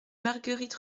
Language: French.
marguerite